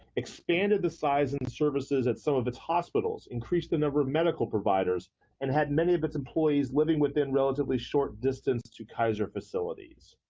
expanded the size and services at some of its hospitals increased the number of medical providers and had many of its employees living within relatively short distance to kaiser facilities?